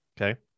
Okay